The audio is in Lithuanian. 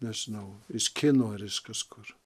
nežinau iš kino ar iš kažkur